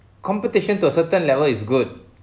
competition to a certain level is good